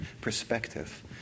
perspective